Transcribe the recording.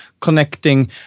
connecting